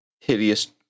hideous